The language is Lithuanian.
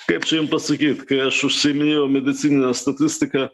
kaip čia jum pasakyt kai aš užsiiminėjau medicinine statistika